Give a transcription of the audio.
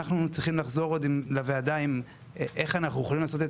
צריכים לחזור לוועדה איך אנחנו יכולים לעשות את